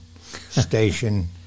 station